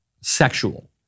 sexual